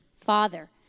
father